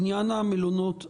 בעניין המלונות,